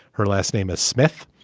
her last name is smith,